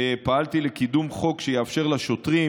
פעלתי לקידום חוק שיאפשר לשוטרים